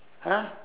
!huh!